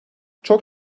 çok